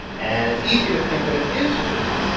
and it's easy to think that it is true,